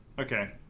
Okay